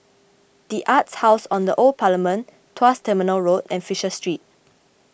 the Arts House on the Old Parliament Tuas Terminal Road and Fisher Street